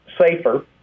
safer